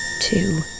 two